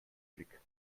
blick